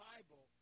Bible